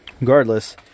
regardless